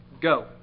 Go